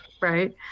right